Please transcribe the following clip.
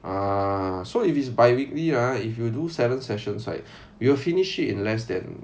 ah so if it's bi-weekly ah if you do seven sessions right we will finish it in less than